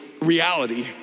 reality